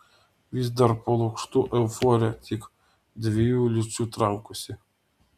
vis dar po lukštu euforija tik dviejų lyčių trankosi